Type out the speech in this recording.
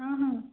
ହଁ ହଁ